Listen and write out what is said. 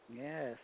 yes